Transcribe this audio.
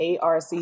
ARC